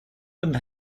and